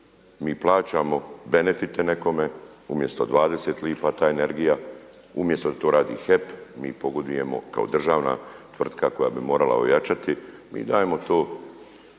mi plaćamo benefite nekome, umjesto 20 lipa ta energija, umjesto da to radi HEP, mi pogodujemo kao državna tvrtka koja bi mogla ojačati. Mi dajemo to